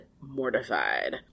mortified